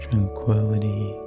Tranquility